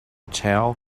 towel